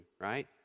right